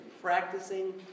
Practicing